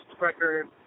record